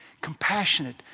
compassionate